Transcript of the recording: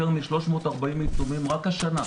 יותר מ-340 עיצומים רק השנה,